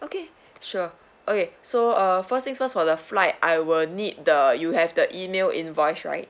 okay sure okay so uh first thing first for the flight I will need the you have the email invoice right